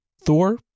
Thor